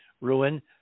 ruin